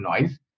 noise